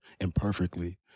imperfectly